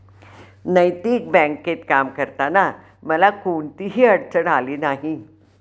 नैतिक बँकेत काम करताना मला कोणतीही अडचण आली नाही